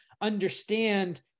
understand